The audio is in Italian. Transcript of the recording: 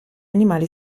animali